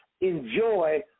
enjoy